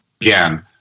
again